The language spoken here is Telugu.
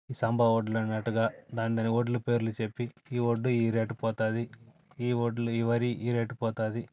సంబా వడ్లన్నట్టుగా దాని దాని వడ్లు పేర్లు చెప్పి ఈ వడ్డు ఈ రేటు పోతుంది ఈ వడ్లు ఈ వరి ఈ రేటు పోతుంది